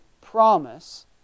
promise